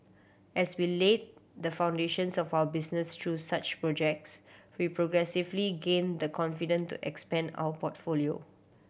as we laid the foundations of our businesses through such projects we progressively gained the confidence to expand our portfolio